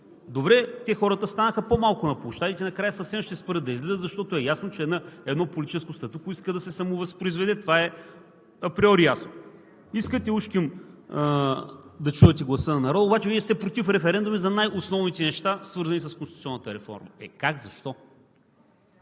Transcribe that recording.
Добре, хората станаха по-малко на площадите, накрая съвсем ще спрат да излизат, защото е ясно, че едно политическо статукво иска да се самовъзпроизведе. Това е априори ясно. Искате ужким да чувате гласа на народа, обаче Вие сте против референдуми за най-основните неща, свързани с конституционната реформа. Е как? Защо?